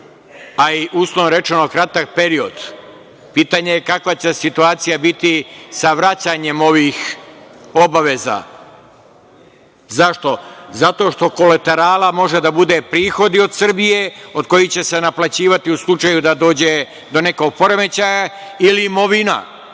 a i uslovno rečno kratak period. Pitanje je kakva će situacija biti sa vraćanjem ovih obaveza? Zašto? Zato što koleterala može da bude prihodi od Srbije, od kojih će se naplaćivati u slučaju da dođe do nekog poremećaja ili imovina,